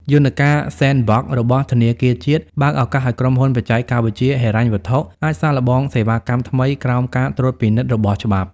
យន្តការ "Sandbox" របស់ធនាគារជាតិ បើកឱកាសឱ្យក្រុមហ៊ុនបច្ចេកវិទ្យាហិរញ្ញវត្ថុអាចសាកល្បងសេវាកម្មថ្មីក្រោមការត្រួតពិនិត្យរបស់ច្បាប់។